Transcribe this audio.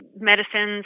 medicines